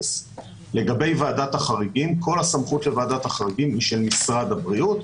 לגבי ועדת החריגים כל הסמכות לוועדת החריגים היא של משרד הבריאות,